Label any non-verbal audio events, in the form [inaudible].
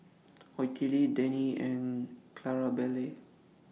[noise] Ottilie Denine and Clarabelle